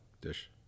dish